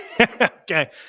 Okay